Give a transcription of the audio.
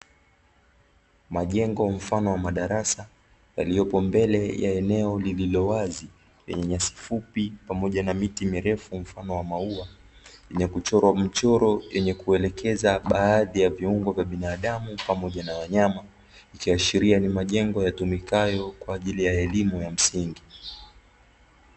Majengo mfano wa madarasa, yaliyopo mbele ya eneo lililowazi, lenye nyasi fupi pamoja na miti mirefu mfano wa maua, yenye kuchorwa mchoro yenye kuelekeza baadhi ya viungo vya binadamu pamoja na wanyama ikiashiria ni majengo yatumikayo kwaajili ya elimu ya msingi.